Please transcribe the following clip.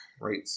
Right